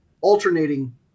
alternating